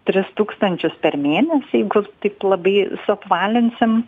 tris tūkstančius per mėnesį jeigu taip labai suapvalinsim